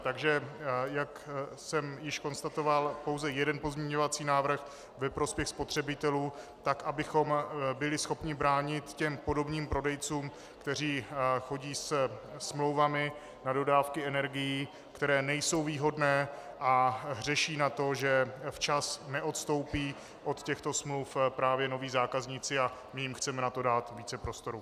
Takže jak jsem již konstatoval, pouze jeden pozměňovací návrh ve prospěch spotřebitelů, tak abychom byli schopni bránit těm podomním prodejcům, kteří chodí se smlouvami na dodávky energií, které nejsou výhodné, a hřeší na to, že včas neodstoupí od těchto smluv právě noví zákazníci, a my jim na to chceme dát více prostoru.